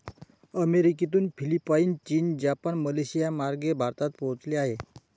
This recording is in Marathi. अमेरिकेतून फिलिपाईन, चीन, जपान, मलेशियामार्गे भारतात पोहोचले आहे